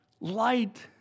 light